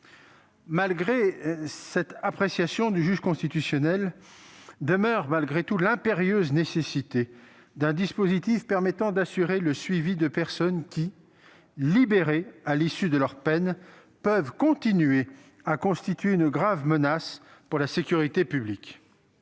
Malgré cette appréciation du juge constitutionnel, demeure l'impérieuse nécessité d'un dispositif permettant d'assurer le suivi de personnes qui, libérées à l'issue de leur peine, peuvent continuer à constituer une grave menace pour la sécurité publique.